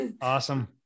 Awesome